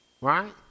right